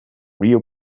real